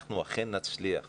אנחנו אכן נצליח